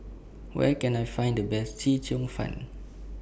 Where Can I Find The Best Chee Cheong Fun